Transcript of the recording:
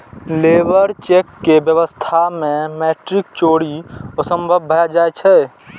labour cheque के व्यवस्था मे मौद्रिक चोरी असंभव भए जाइ छै